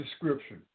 description